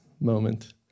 moment